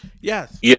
Yes